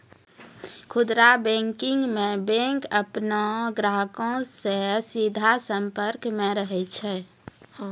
खुदरा बैंकिंग मे बैंक अपनो ग्राहको से सीधा संपर्क मे रहै छै